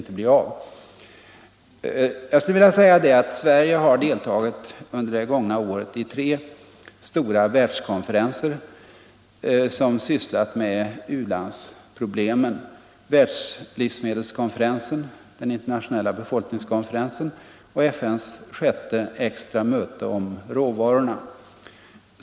Sverige har deltagit i de tre stora världskonferenser som ägt rum under 1974 och som sysslat med u-landsproblematiken: världslivsmedelskonferensen, den internationella befolkningskonferensen och FN:s sjätte extra möte om råvarorna.